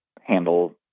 handle